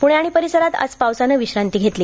पुणे आणि परिसरांत आज पावसानं विश्रांती घेतली